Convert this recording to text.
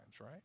right